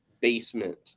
basement